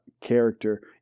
character